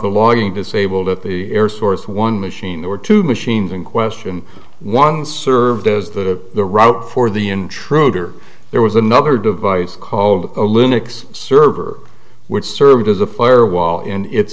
the logging disabled at the air source one machine or two machines in question one served as the route for the intruder there was another device called a linux server which serves as a firewall in it's